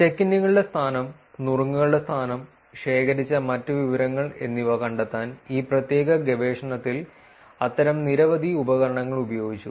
check ഇന്നുകളുടെ സ്ഥാനം നുറുങ്ങുകളുടെ സ്ഥാനം ശേഖരിച്ച മറ്റ് വിവരങ്ങൾ എന്നിവ കണ്ടെത്താൻ ഈ പ്രത്യേക ഗവേഷണത്തിൽ അത്തരം നിരവധി ഉപകരണങ്ങൾ ഉപയോഗിച്ചു